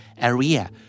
area